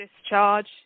discharge